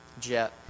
jet